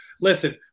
Listen